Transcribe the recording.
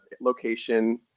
location